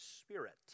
spirit